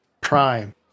Prime